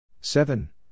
seven